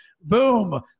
boom